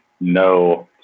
no